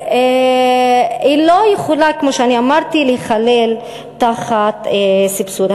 והיא לא יכולה, כמו שאני אמרתי, להיכלל תחת סבסוד.